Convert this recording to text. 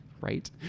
Right